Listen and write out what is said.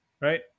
right